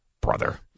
Brother